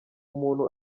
umuntu